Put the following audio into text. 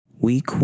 Week